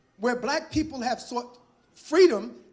where black people have sought freedom.